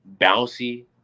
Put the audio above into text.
bouncy